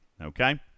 Okay